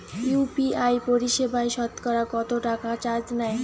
UPI পরিসেবায় সতকরা কতটাকা চার্জ নেয়?